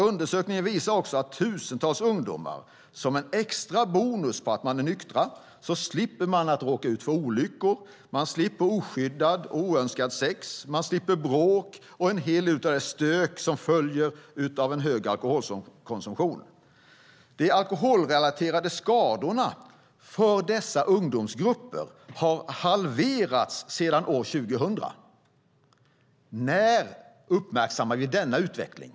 Undersökningen visar också att tusentals ungdomar - som en extra bonus för att de är nyktra - slipper råka ut för olyckor och slipper oskyddat och oönskat sex och slipper bråk och en hel del av det stök som följer med en hög alkoholkonsumtion. De alkoholrelaterade skadorna för dessa ungdomsgrupper har halverats sedan år 2000. När uppmärksammar vi denna utveckling?